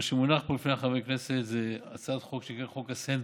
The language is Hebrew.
מה שמונח פה לפני חברי הכנסת זה הצעת חוק שנקראת חוק ה-sandbox,